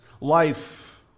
life